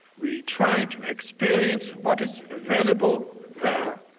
we try to experience what is available there,